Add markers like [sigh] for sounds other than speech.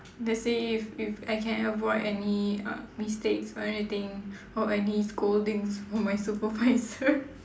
let's say if if I can avoid any uh mistakes or anything or any scoldings from my supervisor [laughs]